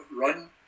run